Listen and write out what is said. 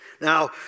Now